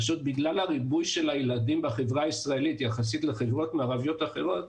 בגלל הריבוי של הילדים בחברה הישראלית יחסית לחברות מערביות אחרות,